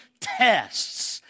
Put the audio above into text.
tests